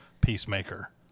peacemaker